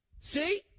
see